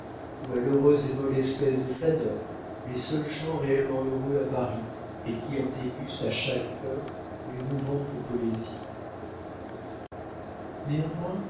ou à l'heureuse et molle espèce des flâneurs les seuls gens réellement heureux à paris et qui en dégustent à chaque heure les mouvantes poésies néanmoins